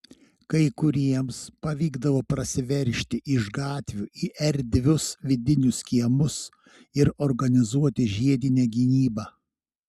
kai kuriems pavykdavo prasiveržti iš gatvių į erdvius vidinius kiemus ir organizuoti žiedinę gynybą